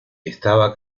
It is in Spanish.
estaba